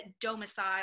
domicile